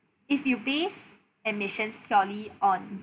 if you base admissions purely on